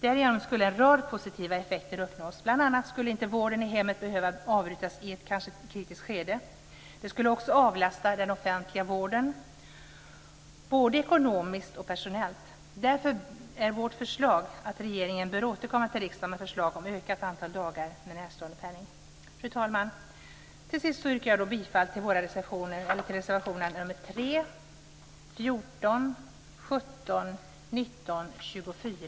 Därigenom skulle en rad positiva effekter uppnås. Bl.a. skulle inte vården i hemmet behöva avbrytas i ett kanske kritiskt skede. Det skulle också avlasta den offentliga vården både ekonomiskt och personellt. Därför är vårt förslag att regeringen bör återkomma till riskdagen med förslag om ökat antal dagar med närståendepenning. Fru talman! Jag yrkar bifall till reservationerna nr